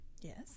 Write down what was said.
Yes